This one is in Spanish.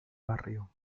barrio